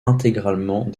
intégralement